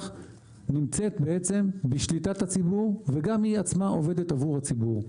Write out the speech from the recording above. נמצאת בעצם בשליטת הציבור וגם היא עצמה עובדת עבור הציבור.